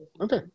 Okay